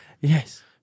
Yes